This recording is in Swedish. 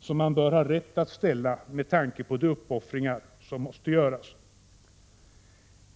som man bör ha rätt att ställa med tanke på de uppoffringar som måste göras.